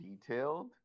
detailed